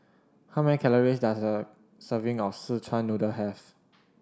how many calories does a serving of Szechuan Noodle have